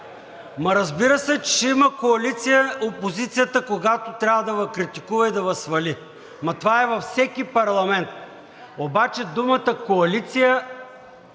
Ама, разбира се, че ще има коалиция опозицията, когато трябва да Ви критикува и да Ви свали. Ама това е във всеки парламент. Обаче думата коалиция